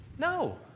No